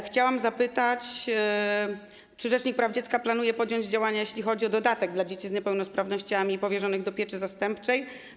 Chciałam zapytać, czy rzecznik praw dziecka planuje podjąć działania, jeśli chodzi o dodatek dla dzieci z niepełnosprawnościami powierzonych do pieczy zastępczej.